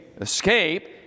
Escape